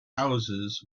houses